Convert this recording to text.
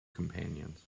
companions